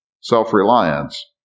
self-reliance